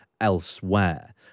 elsewhere